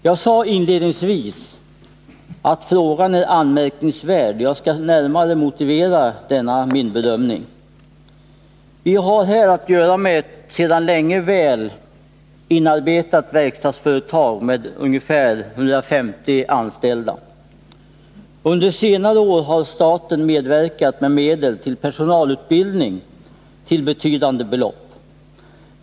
Jag sade inledningsvis att frågan är anmärkningsvärd, och jag skall närmare motivera denna min bedömning. Vi har här att göra med ett sedan länge väl inarbetat verkstadsföretag med ungefär 150 anställda. Under senare år har staten medverkat med medel till personalutbildning till betydande belopp.